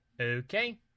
Okay